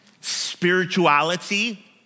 spirituality